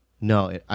No